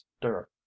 stir